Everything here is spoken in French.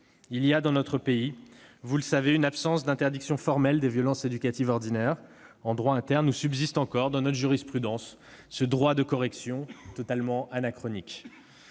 Il y a, dans notre pays, une absence d'interdiction formelle des violences éducatives ordinaires en droit interne, où subsiste encore dans la jurisprudence un « droit de correction » totalement anachronique.